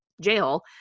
jail